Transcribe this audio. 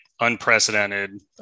unprecedented